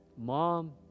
mom